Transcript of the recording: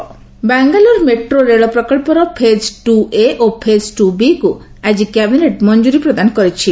ରେଳ ପ୍ରକକ୍ଷ ବାଙ୍ଗାଲୋର ମେଟ୍ରୋ ରେଳ ପ୍ରକଳ୍ପର ଫେଜ୍ ଟୁ ଏ ଓ ଫେଜ୍ ଟୁ ବିକୁ ଆଜି କ୍ୟାବିନେଟ୍ ମଞ୍ଜୁରୀ ପ୍ରଦାନ କରିଛି